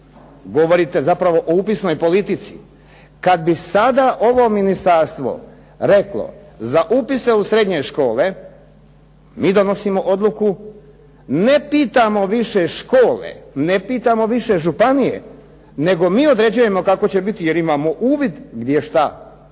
govorite zapravo o upisnoj politici. Kada bi ovo Ministarstvo sada reklo za upise u srednje škole mi donosimo odluku, ne pitamo više škole, ne pitamo više županije nego mi određujemo upis jer imam uvid gdje šta